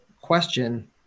question